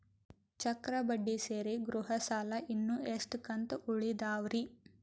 ಚಕ್ರ ಬಡ್ಡಿ ಸೇರಿ ಗೃಹ ಸಾಲ ಇನ್ನು ಎಷ್ಟ ಕಂತ ಉಳಿದಾವರಿ?